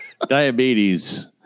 Diabetes